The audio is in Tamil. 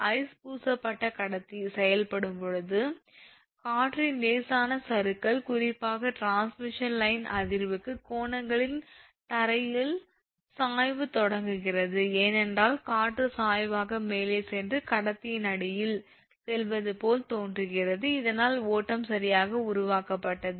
ஐஸ் பூசப்பட்ட கடத்தி செயல்படும் போது காற்றின் லேசான சறுக்கல் குறிப்பாக டிரான்ஸ்மிஷன் லைன் அதிர்வுக்கு கோணங்களில் தரையில் சாய்வு தொடங்குகிறது ஏனென்றால் காற்று சாய்வாக மேலே சென்று கடத்தியின் அடியில் செல்வது போல் தோன்றுகிறது இதனால் ஓட்டம் சரியாக உருவாக்கப்பட்டது